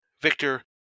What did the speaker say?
Victor